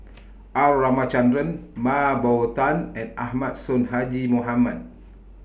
R Ramachandran Mah Bow Tan and Ahmad Sonhadji Mohamad